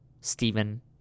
Stephen